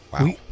Wow